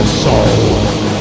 soul